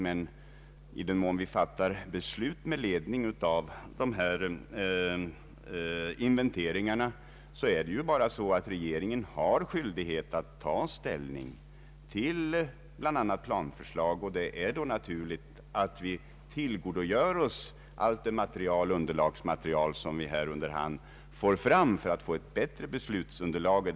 Men i den mån vi fattar beslut med ledning av dessa inventeringar gör vi det därför att regeringen har skyldighet att ta ställning till bl.a. planförslag. Det är då naturligt att vi tillgo dogör oss allt det material som vi här under hand får fram för att få ett bättre beslutsunderlag.